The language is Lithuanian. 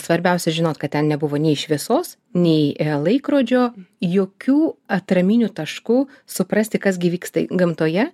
svarbiausia žinot kad ten nebuvo nei šviesos nei laikrodžio jokių atraminių taškų suprasti kas gi vyksta gamtoje